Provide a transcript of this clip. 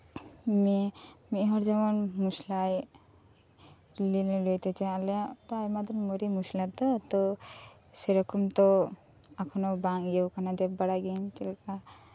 ᱢᱤᱫ ᱦᱚᱲ ᱡᱮᱢᱚᱱ ᱢᱚᱥᱞᱟᱭ ᱨᱤᱫ ᱜᱩᱸᱰᱟᱹᱭᱫᱟ ᱚᱱᱟ ᱫᱚ ᱢᱟᱨᱮ ᱢᱚᱥᱞᱟ ᱛᱚ ᱛᱚ ᱥᱮᱨᱚᱠᱚᱢ ᱛᱚ ᱮᱠᱷᱚᱱᱚ ᱵᱟᱝ ᱤᱭᱟᱹᱜ ᱠᱟᱱᱟ ᱵᱟᱲᱟᱭ ᱜᱤᱭᱟᱹᱧ ᱮᱠᱷᱚᱱᱚ ᱪᱮᱫ ᱞᱮᱠᱟ